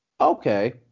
Okay